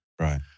Right